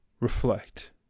Reflect